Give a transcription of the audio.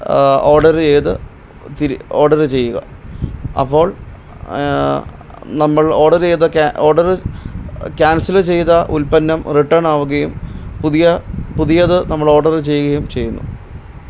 order ചെയ്ത് ഇച്ചിരി order ചെയ്യുക അപ്പോൾ നമ്മൾ ഓഡർ ചെയ്ത ഓഡർ ക്യാൻസല് ചെയ്ത ഉല്പന്നം റിട്ടേണാവുകയും പുതിയ പുതിയത് നമ്മളോർഡറ് ചെയ്യുകയും ചെയ്യുന്നു